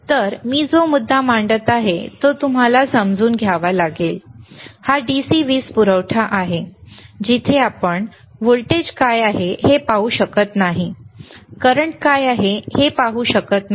तर मी जो मुद्दा मांडत आहे तो तुम्हाला समजून घ्यावा लागेल हा DC वीज पुरवठा आहे जिथे आपण व्होल्टेज काय आहे हे पाहू शकत नाही करंट काय आहे हे आपण पाहू शकत नाही